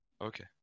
Okay